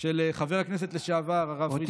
של חבר הכנסת לשעבר הרב פריג'א זוארץ.